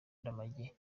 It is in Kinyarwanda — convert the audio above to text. ndamage